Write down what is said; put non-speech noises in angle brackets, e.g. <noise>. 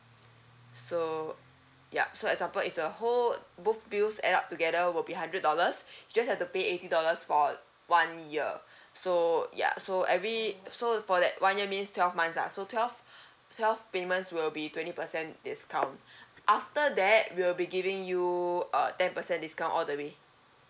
so yup so example if the whole both bills add up together will be hundred dollars <breath> you just have to pay eighty dollars for one year <breath> so ya so every so for that one year means twelve months lah so twelve <breath> twelve payments will be twenty percent discount <breath> after that we'll be giving you uh ten percent discount all the way